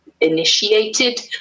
initiated